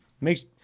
makes